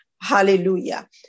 Hallelujah